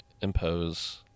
impose